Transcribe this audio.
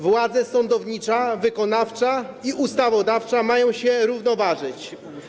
Władze sądownicza, wykonawcza i ustawodawcza mają się równoważyć.